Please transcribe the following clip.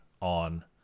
on